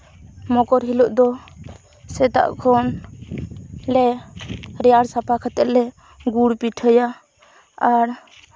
ᱢᱚᱠᱚᱨ ᱦᱤᱞᱳᱜ ᱫᱚ ᱥᱮᱛᱟᱜ ᱠᱷᱚᱱ ᱞᱮ ᱨᱮᱣᱟᱹᱲ ᱥᱟᱯᱷᱟ ᱠᱟᱛᱮᱫ ᱞᱮ ᱜᱩᱲ ᱯᱤᱴᱷᱟᱹᱭᱟ ᱟᱨ